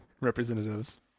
representatives